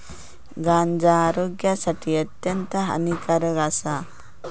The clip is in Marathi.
गांजा आरोग्यासाठी अत्यंत हानिकारक आसा